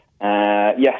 Yes